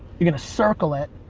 you're gonna circle it.